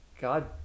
god